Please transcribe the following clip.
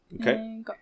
Okay